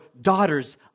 daughters